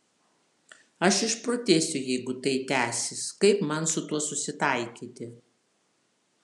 aš išprotėsiu jeigu tai tęsis kaip man su tuo susitaikyti